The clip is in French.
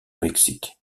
mexique